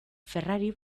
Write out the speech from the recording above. ferrari